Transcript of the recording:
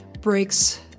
breaks